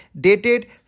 dated